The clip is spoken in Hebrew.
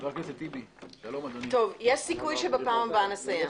יש סיכוי שבדיון הבא נסיים.